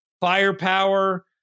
Firepower